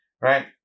right